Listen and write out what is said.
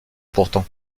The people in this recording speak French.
pourtant